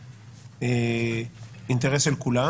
זה אינטרס של כולם.